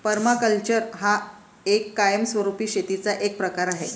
permaculture हा कायमस्वरूपी शेतीचा एक प्रकार आहे